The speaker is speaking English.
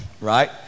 Right